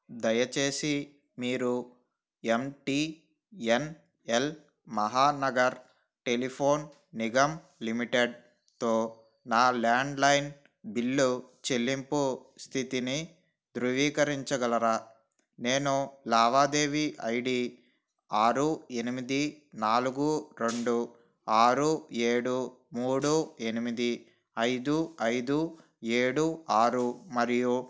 దయచేసి మీరు M T N L Mahanagar telephone Nigam లిమిటెడ్తో నా ల్యాండ్లైన్ బిల్లు చెల్లింపు స్థితిని ధృవీకరించగలరా నేను లావాదేవీ ఐ డి ఆరు ఎనిమిది నాలుగు రెండు ఆరు ఏడు మూడు ఎనిమిది ఐదు ఐదు ఏడు ఆరు మరియు